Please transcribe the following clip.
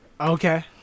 Okay